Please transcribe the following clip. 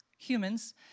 humans